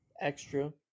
extra